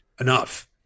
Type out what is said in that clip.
Enough